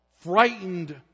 frightened